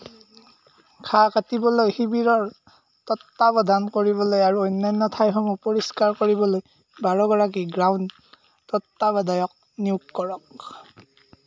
ঘাঁহ কাটিবলৈ শিবিৰৰ তত্বাৱধান কৰিবলৈ আৰু অন্যান্য ঠাইসমূহ পৰিষ্কাৰ কৰিবলৈ বাৰগৰাকী গ্ৰাউণ্ড তত্বাৱধায়ক নিয়োগ কৰক